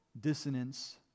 dissonance